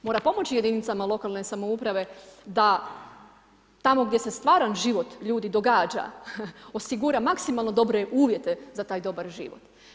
Mora pomoći jedinicama lokalne samouprave da tamo gdje se stvaran život ljudi događa osigura maksimalno dobre uvjete za taj dobar život.